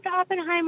Oppenheimer